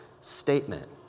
statement